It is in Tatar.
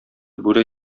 бүре